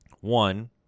One